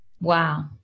Wow